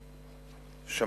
נכבדה,